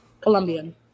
Colombian